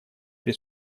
при